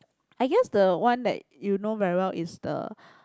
I guess the one that you know very well is the